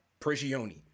Prigioni